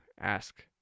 ask